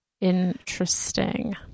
Interesting